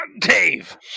Dave